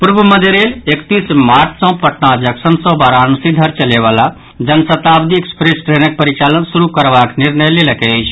पूर्व मध्य रेल एकतीस मार्च सँ पटना जंक्शन सँ वाराणसी धरि चलय वला जनशताब्दी एक्सप्रेस ट्रेनक परिचालन शुरू करबाक निर्णय लेलक अछि